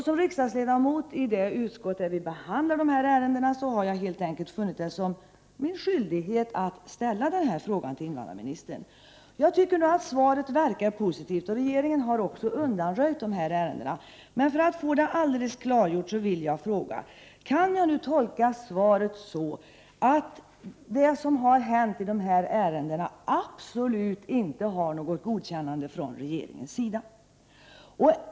Som ledamot idet utskott där vi behandlar dessa ärenden har jag helt enkelt funnit det vara min skyldighet att ställa denna fråga till invandrarministern. Jag tycker att svaret verkar positivt, och regeringen har också undanröjt avvisningsbesluten i dessa ärenden. Men för att få det alldeles klargjort vill jag fråga: Kan jag tolka svaret så, att det som har hänt i dessa ärenden absolut inte har något godkännande från regeringens sida?